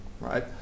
right